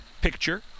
picture